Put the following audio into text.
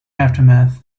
aftermath